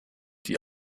die